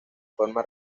forma